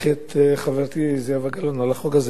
כי הוא חוק